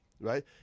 right